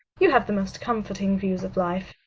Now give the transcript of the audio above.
you have the most comforting views of life.